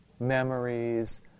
memories